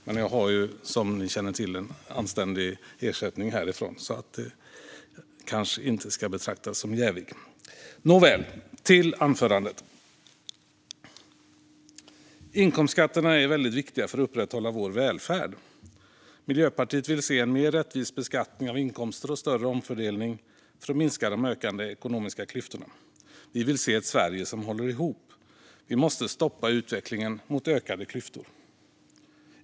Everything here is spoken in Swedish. Men jag har, som ni känner till, en anständig ersättning härifrån och ska kanske inte betraktas som jävig. Inkomstskatterna är viktiga för att upprätthålla vår välfärd. Miljöpartiet vill se en mer rättvis beskattning av inkomster och större omfördelning för att minska de ökande ekonomiska klyftorna. Vi vill se ett Sverige som håller ihop. Vi måste stoppa utvecklingen mot ökade klyftor.